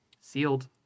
sealed